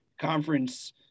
conference